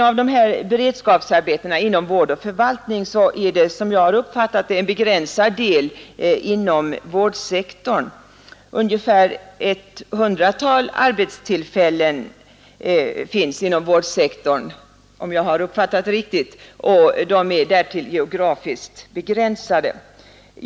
Av dessa beredskapsarbeten inom vård och förvaltning ligger — om jag har uppfattat det riktigt — en begränsad del inom vårdsektorn: ungefär ett hundratal arbetstillfällen, därtill geografiskt begränsade.